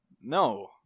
No